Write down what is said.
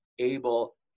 able